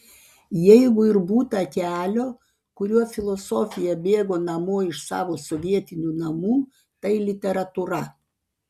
jeigu ir būta kelio kuriuo filosofija bėgo namo iš savo sovietinių namų tai literatūra